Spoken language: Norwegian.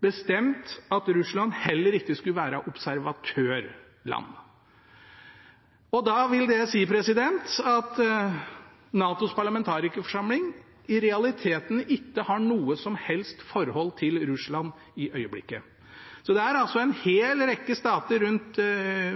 bestemt at Russland heller ikke skulle være observatørland. Det vil si at NATOs parlamentarikerforsamling i realiteten ikke har noe som helst forhold til Russland i øyeblikket. Det er en hel rekke stater rundt